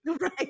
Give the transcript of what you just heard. Right